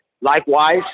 Likewise